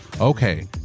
Okay